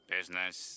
Business